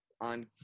on